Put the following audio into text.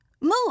Move